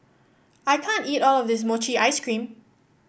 I can't eat all of this Mochi Ice Cream